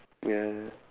ya